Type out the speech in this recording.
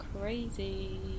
crazy